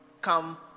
Come